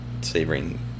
Savoring